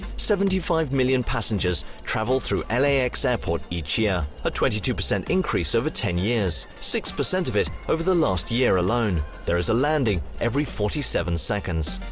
seventy five million passengers travel through lax airport each year. a twenty two percent increase over ten years, six of it over the last year alone. there is a landing every forty seven seconds,